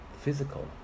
physical